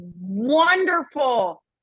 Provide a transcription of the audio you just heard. wonderful